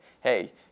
hey